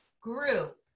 group